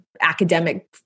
academic